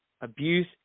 abuse